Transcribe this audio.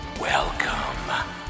welcome